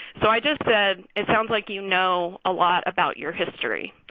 so i just said, it sounds like you know a lot about your history,